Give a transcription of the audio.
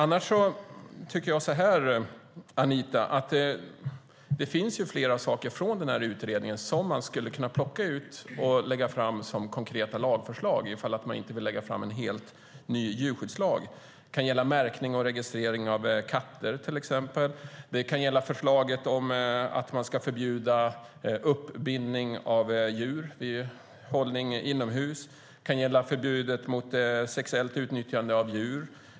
Det finns, Anita Brodén, flera saker från denna utredning som man skulle kunna plocka ut och lägga fram som konkreta lagförslag om man inte vill lägga fram förslag om en helt ny djurskyddslag. Det kan gälla exempelvis märkning och registrering av katter. Det kan gälla förslaget om att man ska förbjuda uppbindning av djur som hålls inomhus. Det kan gälla förbudet mot sexuellt utnyttjande av djur.